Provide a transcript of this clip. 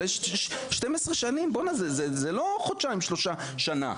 אבל 12 שנים זה לא חודשיים-שלושה-שנה.